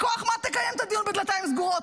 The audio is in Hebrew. מכוח מה תקיים את הדיון בדלתיים סגורות?